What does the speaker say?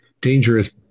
dangerous